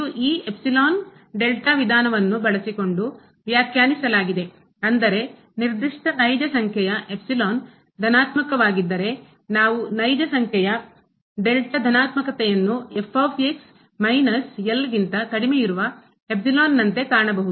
ಇದು ಈ epsilon delta ವಿಧಾನವನ್ನು ಬಳಸಿಕೊಂಡು ವ್ಯಾಖ್ಯಾನಿಸಲಾಗಿದೆ ಅಂದರೆ ನಿರ್ದಿಷ್ಟ ನೈಜ ಸಂಖ್ಯೆಯ ಎಪ್ಸಿಲಾನ್ ಧನಾತ್ಮಕವಾಗಿದ್ದರೆ ನಾವು ನೈಜ ಸಂಖ್ಯೆಯ ಡೆಲ್ಟಾ ಧನಾತ್ಮಕತೆಯನ್ನು ಮೈನಸ್ ಗಿಂತ ಕಡಿಮೆ ಇರುವ ಎಪ್ಸಿಲಾನ್ ನಂತೆ ಕಾಣಬಹುದು